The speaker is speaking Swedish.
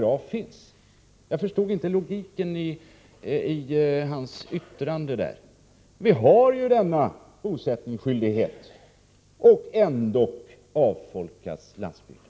Jag förstod inte logiken i Einar Larssons yttrande på den punkten. Denna bosättningsskyldighet existerar ju i lagen, och ändock avfolkas landsbygden.